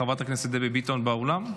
חברת הכנסת דבי ביטון באולם?